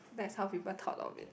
that's how people thought of it